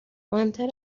مهمتر